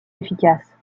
efficace